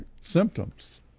symptoms